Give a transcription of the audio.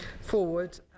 forward